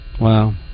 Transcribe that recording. Wow